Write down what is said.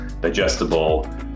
digestible